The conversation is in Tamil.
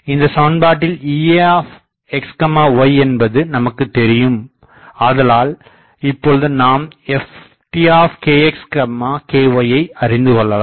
இந்தச் சமன்பாட்டில் Eaxy என்பது நமக்குத் தெரியுமாதலால் இப்பொழுது நாம் Ftkxkyயை அறிந்து கொள்ளலாம்